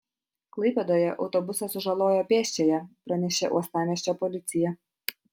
klaipėdoje autobusas sužalojo pėsčiąją pranešė uostamiesčio policija